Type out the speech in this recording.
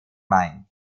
main